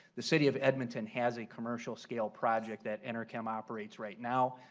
the city of edmonton has a commercial scale project that and um operates right now.